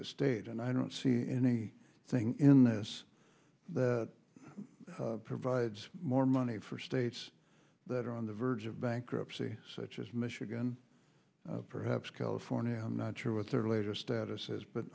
to state and i don't see any thing in this that provides more money for states that are on the verge of bankruptcy such as michigan perhaps california i'm not sure what their latest status is but